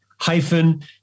hyphen